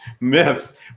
myths